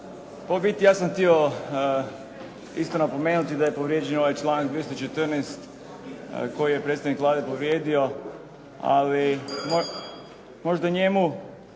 u biti ja sam htio isto napomenuti da je povrijeđen ovaj članak 214. koji je predstavnik Vlade povrijedio, ali možda njemu,